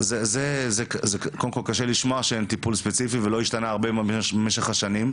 אז זה כואב לשמוע שאין טיפול ספציפי ושלא הרבה השתנה במהלך השנים.